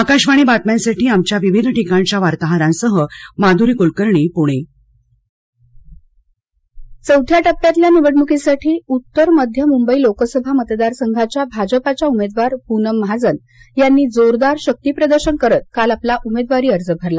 आकाशवाणी बातम्यांसाठी आमच्या विविध ठिकाणच्या वार्ताहरांसह माधुरी कुलकर्णी पुणे अर्ज दाखल चौथ्या टप्प्यातल्या निवडणुकीसाठी उत्तर मध्य मुंबई लोकसभा मतदारसंघाच्या भाजपच्या उमेदवार पूनम महाजन यांनी जोरदार शक्तीप्रदर्शन करत काल आपला उमेदवारी अर्ज भरला